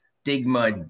stigma